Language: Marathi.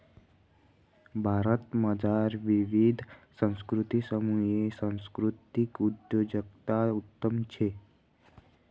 भारतमझार विविध संस्कृतीसमुये सांस्कृतिक उद्योजकता उत्तम शे